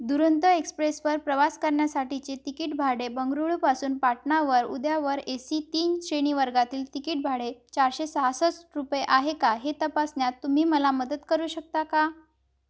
दुरंतो एक्सप्रेसवर प्रवास करण्यासाठीचे तिकीट भाडे बंगळुरूपासून पाटणावर उद्यावर ए सी तीन श्रेणीवर्गातील तिकीट भाडे चारशे सहासष्ट रुपये आहे का हे तपासण्यात तुम्ही मला मदत करू शकता का